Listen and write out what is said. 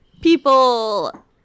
People